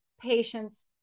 patients